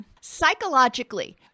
Psychologically